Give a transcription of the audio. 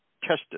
tested